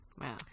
Wow